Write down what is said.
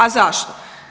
A zašto?